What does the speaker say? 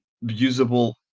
usable